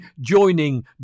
joining